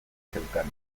zeukan